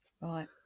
Right